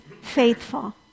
faithful